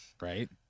right